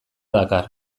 dakar